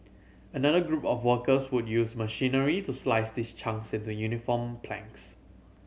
another group of workers would use machinery to slice these chunks into uniform planks